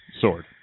Sword